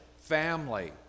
family